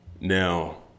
Now